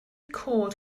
cod